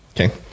Okay